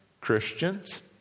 Christians